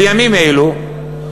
בימים אלו,